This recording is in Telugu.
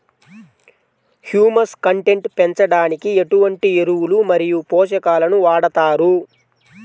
హ్యూమస్ కంటెంట్ పెంచడానికి ఎటువంటి ఎరువులు మరియు పోషకాలను వాడతారు?